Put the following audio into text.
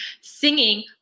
singing